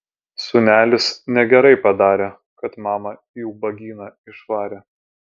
sūnelis negerai padarė kad mamą į ubagyną išvarė